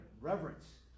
reverence